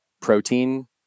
protein